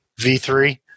V3